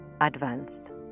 advanced